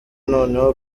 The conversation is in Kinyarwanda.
noneho